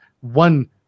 one